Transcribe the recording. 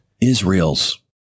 Israel's